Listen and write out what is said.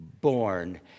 born